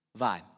vibe